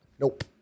Nope